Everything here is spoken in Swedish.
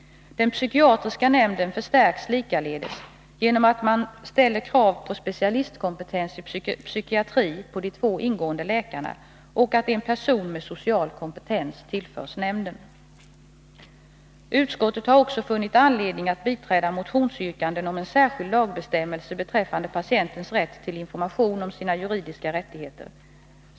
Den psykiatriska nämnden förstärks likaledes genom att man ställer krav på specialistkompetens i psykiatri på de två ingående läkarna och genom att en person med social kompetens tillförs nämnden. Utskottet har också funnit anledning biträda motionsyrkanden om en särskild lagbestämmelse beträffande patientens rätt till information om sina juridiska rättigheter.